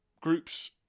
groups